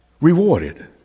rewarded